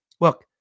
look